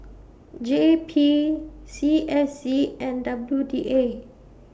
J P C S C and W D A